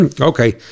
Okay